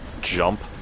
jump